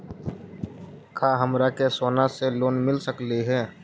का हमरा के सोना से लोन मिल सकली हे?